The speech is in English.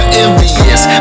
envious